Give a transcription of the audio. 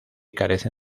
carece